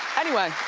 anyway.